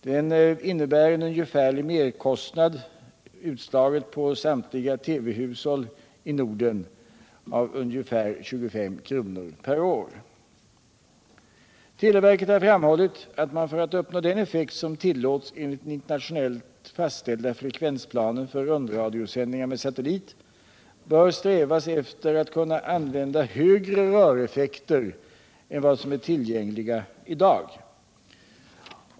Den innebär en ungefärlig merkostnad, utslaget på samtliga TV-hushåll i Norden, av ungefär 25 kr. per år. Televerket har framhållit att man för att uppnå den effekt som tillåts enligt den internationellt fastställda frekvensplanen för rundradiosändningar med satellit bör sträva efter att kunna använda högre röreffekter än vad som är tillgängliga i dag.